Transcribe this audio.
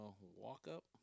Walk-up